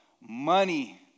money